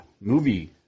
movie